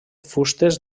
fustes